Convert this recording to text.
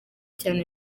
cyane